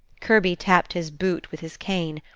kirby tapped his boot with his cane.